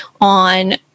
on